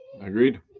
Agreed